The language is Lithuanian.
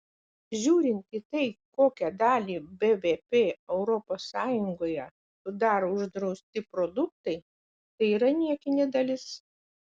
žiūrint į tai kokią dalį bvp europos sąjungoje sudaro uždrausti produktai tai yra niekinė dalis